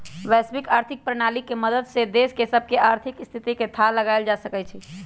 वैश्विक आर्थिक प्रणाली के मदद से देश सभके आर्थिक स्थिति के थाह लगाएल जा सकइ छै